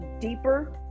deeper